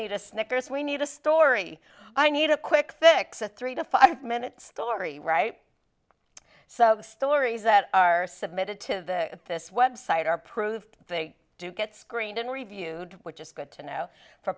need a snickers we need a story i need a quick fix a three to five minutes tori right so stories that are submitted to this website are approved they do get screened and reviewed which is good to know for